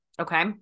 Okay